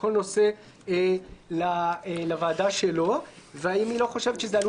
כל נושא לוועדה שלו והאם היא לא חושבת שזה עלול